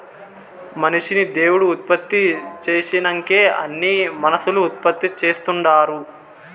మనిషిని దేవుడు ఉత్పత్తి చేసినంకే అన్నీ మనుసులు ఉత్పత్తి చేస్తుండారు